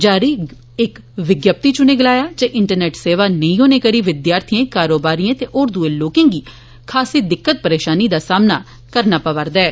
जारी विज्ञप्ति च उनें गलाया ऐ जे इंटरनेट सेवा नेई होने करी विद्यार्थियें कारोबारियें ते होर दूए लोकें गी खासी दिक्कतें परेशानियें दा सामना करना पवा'रदा ऐ